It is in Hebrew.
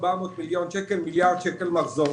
אני לא יודע לתת תשובה לגבי זה.